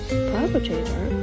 Perpetrator